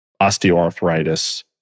osteoarthritis